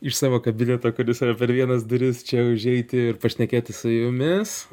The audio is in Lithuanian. iš savo kabineto kuris yra per vienas duris čia užeiti ir pašnekėti su jumis